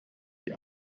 die